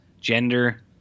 gender